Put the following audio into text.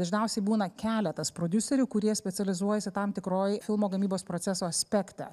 dažniausiai būna keletas prodiuserių kurie specializuojasi tam tikroj filmo gamybos proceso aspekte